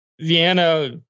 Vienna